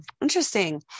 Interesting